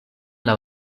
laŭ